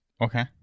Okay